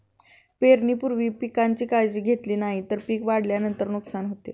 पेरणीपूर्वी पिकांची काळजी घेतली नाही तर पिक वाढल्यानंतर नुकसान होते